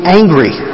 angry